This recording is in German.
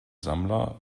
sammler